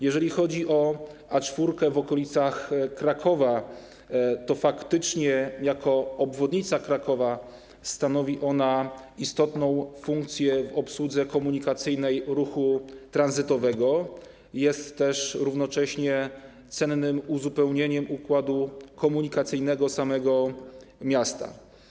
Jeżeli chodzi o A4 w okolicach Krakowa, to faktycznie jako obwodnica Krakowa pełni ona istotną funkcję w obsłudze komunikacyjnej ruchu tranzytowego, jest też równocześnie cennym uzupełnieniem układu komunikacyjnego samego miasta.